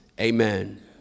Amen